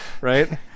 Right